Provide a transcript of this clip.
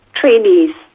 trainees